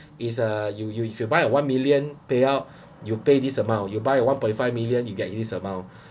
is uh you you if you buy a one million payout you pay this amount you buy one point five million you get in this amount